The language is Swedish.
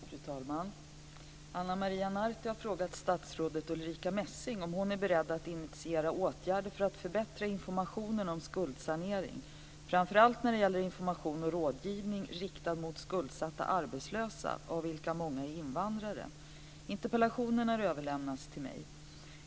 Fru talman! Ana Maria Narti har frågat statsrådet Ulrica Messing om hon är beredd att initiera åtgärder för att förbättra informationen om skuldsanering, framför allt när det gäller information och rådgivning riktad mot skuldsatta arbetslösa, av vilka många är invandrare. Interpellationen har överlämnats till mig.